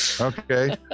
Okay